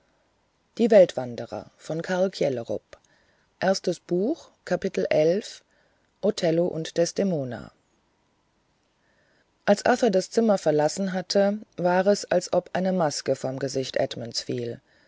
othello und desdemona als arthur das zimmer verlassen hatte war es als ob eine maske vom gesicht edmunds fiele